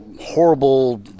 horrible